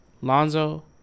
Lonzo